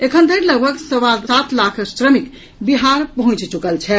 एखन धरि लगभग सवा सात लाख श्रमिक बिहार पहुंचि चुकल छथि